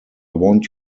want